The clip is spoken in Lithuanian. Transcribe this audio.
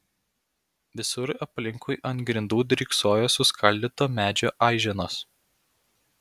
visur aplinkui ant grindų dryksojo suskaldyto medžio aiženos